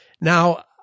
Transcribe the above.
Now